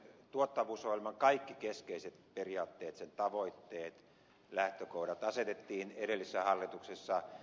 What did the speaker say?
tuottavuusohjelman kaikki keskeiset periaatteet sen tavoitteet lähtökohdat asetettiin edellisessä hallituksessa